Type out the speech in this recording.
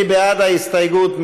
מי בעד ההסתייגות?